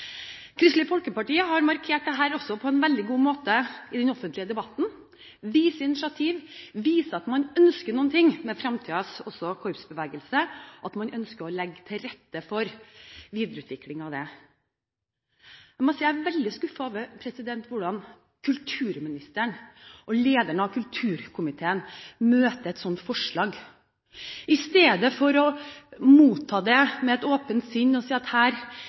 Kristelig Folkeparti har også markert dette på en veldig god måte i den offentlige debatten, viser initiativ, viser at man ønsker noe med fremtidens korpsbevegelse, at man ønsker å legge til rette for videreutvikling av den. Jeg må si jeg er veldig skuffet over hvordan kulturministeren og lederen av kulturkomiteen møter et sånt forslag. Istedenfor å motta det med et åpent sinn, rose og si at her